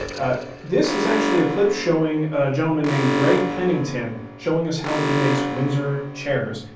this is actually a clip showing a gentleman named greg pennington, showing us how he makes windsor chairs.